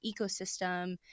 ecosystem